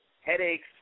headaches